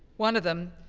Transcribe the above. one of them,